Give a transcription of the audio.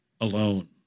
alone